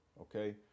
Okay